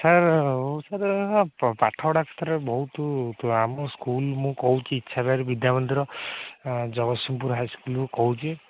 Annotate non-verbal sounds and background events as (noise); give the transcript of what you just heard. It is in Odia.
ସାର୍ ସାର୍ ପାଠ (unintelligible) ବହୁତ କ୍ଲା ଆମ ସ୍କୁଲ୍ ମୁଁ କହୁଛି ଇଚ୍ଛାଧାରୀ ବିଦ୍ୟା ମନ୍ଦିର ଜଗସିଂହପୁର ହାଇସ୍କୁଲ୍ରୁ କହୁଛି